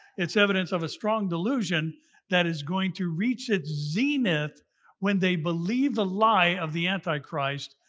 it's evidence of a strong delusion that is going to reach its zenith when they believe the lie of the antichrist,